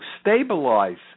stabilize